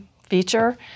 feature